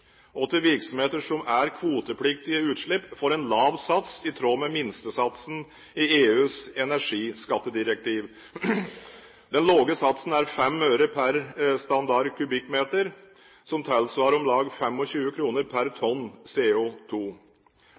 og til virksomheter som er kvotepliktige utslipp, får en lav sats i tråd med minstesatsen i EUs energiskattedirektiv. Den lave satsen er 5 øre per Sm3 som tilsvarer om lag 25 kr per tonn